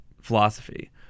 philosophy